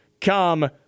come